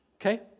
Okay